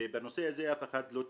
בנושא הזה אף אחד לא טיפל.